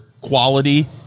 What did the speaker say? quality